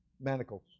manacles